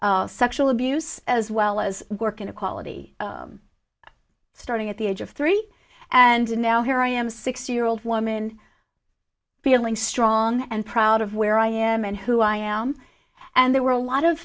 both sexual abuse as well as work inequality starting at the age of three and now here i am sixty year old woman feeling strong and proud of where i am and who i am and there were a lot of